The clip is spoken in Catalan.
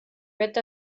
vet